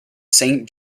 saint